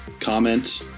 comment